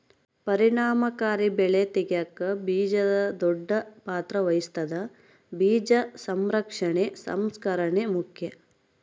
ಪರಿಣಾಮಕಾರಿ ಬೆಳೆ ತೆಗ್ಯಾಕ ಬೀಜ ದೊಡ್ಡ ಪಾತ್ರ ವಹಿಸ್ತದ ಬೀಜ ಸಂರಕ್ಷಣೆ ಸಂಸ್ಕರಣೆ ಮುಖ್ಯ